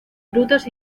frutas